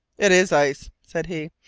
it is ice, said he,